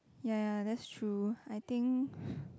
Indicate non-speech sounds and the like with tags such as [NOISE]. ya ya that's true I think [BREATH]